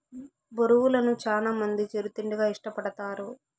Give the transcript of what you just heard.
బొరుగులను చానా మంది చిరు తిండిగా ఇష్టపడతారు